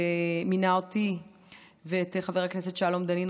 שמינה אותי ואת חבר הכנסת שלום דנינו